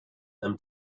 them